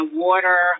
water